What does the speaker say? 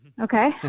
Okay